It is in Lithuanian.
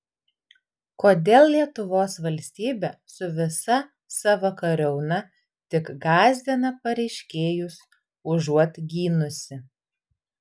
kodėl lietuvos valstybė su visa savo kariauna tik gąsdina pareiškėjus užuot gynusi